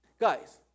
Guys